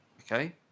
okay